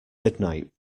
midnight